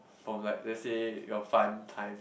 from like let's say your fun time